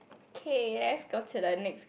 okay let's go to the next